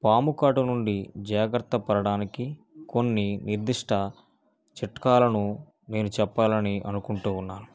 పాము కాటు నుండి జాగ్రత్త పడడానికి కొన్ని నిర్దిష్ట చిట్కాలను నేను చెప్పాలని అనుకుంటూ ఉన్నాను